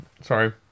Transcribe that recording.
sorry